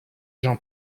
jean